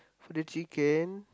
for the chicken